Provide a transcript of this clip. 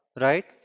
right